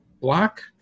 Block